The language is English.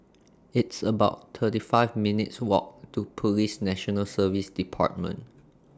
It's about thirty five minutes' Walk to Police National Service department